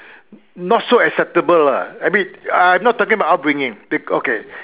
not so acceptable lah I mean I'm not talking about upbringing okay